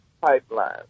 pipeline